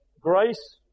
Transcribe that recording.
Grace